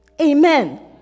Amen